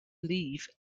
leave